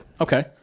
Okay